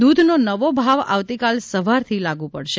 દૂધનો નવો ભાવ આવતીકાલે સવારથી લાગુ પડશે